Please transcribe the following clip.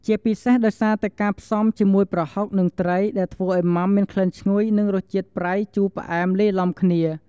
ជាពិសេសដោយសារតែការផ្សំជាមួយប្រហុក និងត្រី ដែលធ្វើឲ្យម៉ាំមានក្លិនឈ្ងុយ និងរសជាតិប្រៃ ជូរ ផ្អែម លាយឡំគ្នា។